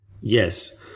Yes